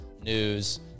news